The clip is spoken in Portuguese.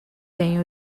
têm